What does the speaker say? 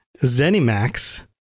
Zenimax